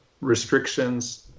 restrictions